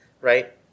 right